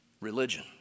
religion